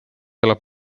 elab